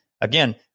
again